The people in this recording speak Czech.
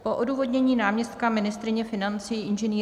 Po odůvodnění náměstka ministryně financí Ing.